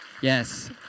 Yes